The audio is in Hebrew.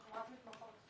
אנחנו רק מתמחות.